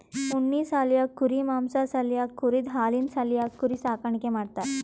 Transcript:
ಉಣ್ಣಿ ಸಾಲ್ಯಾಕ್ ಕುರಿ ಮಾಂಸಾ ಸಾಲ್ಯಾಕ್ ಕುರಿದ್ ಹಾಲಿನ್ ಸಾಲ್ಯಾಕ್ ಕುರಿ ಸಾಕಾಣಿಕೆ ಮಾಡ್ತಾರಾ